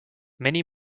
many